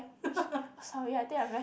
sorry I think I very